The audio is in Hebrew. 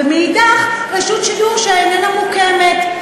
מחד גיסא, ומאידך גיסא, רשות שידור שאיננה מוקמת.